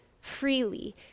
freely